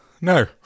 No